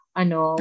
ano